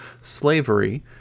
slavery